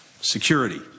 security